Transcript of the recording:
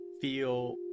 feel